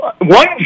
one